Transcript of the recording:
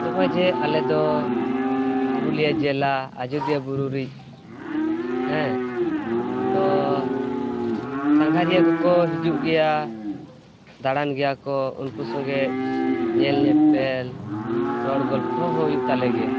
ᱱᱚᱜᱼᱚᱸᱭ ᱡᱮ ᱟᱞᱮᱫᱚ ᱯᱩᱨᱩᱞᱤᱭᱟᱹ ᱡᱮᱞᱟ ᱟᱡᱳᱫᱤᱭᱟ ᱵᱩᱨᱩᱼᱨᱤᱡ ᱦᱮᱸ ᱛᱚ ᱥᱟᱸᱜᱷᱟᱨᱤᱭᱟᱹ ᱠᱚᱠᱚ ᱦᱤᱡᱩᱜ ᱜᱮᱭᱟ ᱫᱟᱬᱟᱱ ᱜᱮᱭᱟᱠᱚ ᱩᱱᱠᱚ ᱥᱚᱸᱜᱮᱡ ᱧᱮᱞ ᱧᱮᱯᱮᱞ ᱨᱚᱲ ᱜᱚᱞᱯᱷᱚ ᱦᱚᱸ ᱦᱩᱭᱩᱜ ᱛᱟᱞᱮᱜᱮᱭᱟ